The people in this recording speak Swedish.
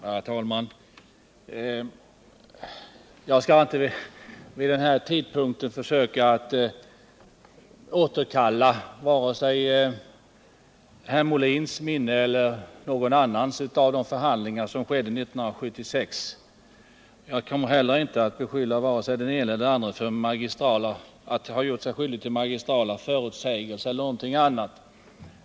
Herr talman! Jag skall inte vid den här tidpunkten försöka återkalla vare sig herr Molins eller någon annans minne av de förhandlingar som ägde rum 1976. Jag kommer heller inte att beskylla vare sig den ena eller den andra för att ha gjort sig skyldig till magistrala förutsägelser eller något annat.